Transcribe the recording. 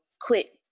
quit